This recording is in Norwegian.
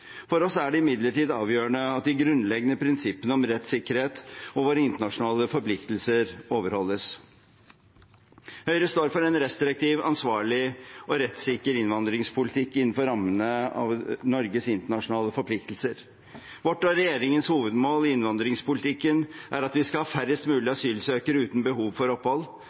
For oss er det imidlertid avgjørende at de grunnleggende prinsippene om rettssikkerhet og våre internasjonale forpliktelser overholdes. Høyre står for en restriktiv, ansvarlig og rettssikker innvandringspolitikk innenfor rammene av Norges internasjonale forpliktelser. Vårt og regjeringens hovedmål i innvandringspolitikken er at vi skal ha færrest mulig asylsøkere uten behov for opphold,